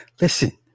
Listen